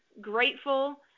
grateful